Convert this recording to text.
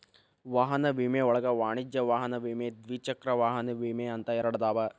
ವಾಹನ ವಿಮೆ ಒಳಗ ವಾಣಿಜ್ಯ ವಾಹನ ವಿಮೆ ದ್ವಿಚಕ್ರ ವಾಹನ ವಿಮೆ ಅಂತ ಎರಡದಾವ